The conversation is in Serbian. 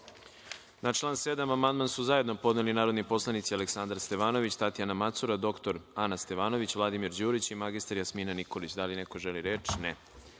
član 7. amandman su zajedno podneli narodni poslanici Aleksandar Stevanović, Tatjana Macura, dr Ana Stevanović, Vladimir Đurić i mr Jasmina Nikolić. Da li neko želi reč?